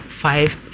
five